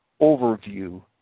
overview